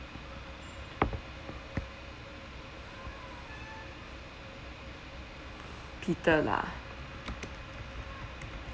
peter lah